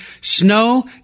snow